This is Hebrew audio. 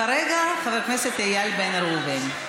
כרגע חבר הכנסת איל בן ראובן.